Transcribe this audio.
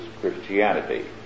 Christianity